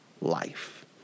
life